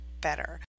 better